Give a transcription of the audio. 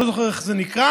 ואני לא זוכר איך זה נקרא,